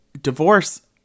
divorce